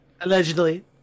Allegedly